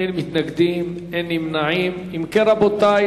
(הקלות במס לבניין חדש להשכרה),